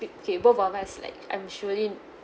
okay both of us like I'm surely